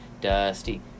dusty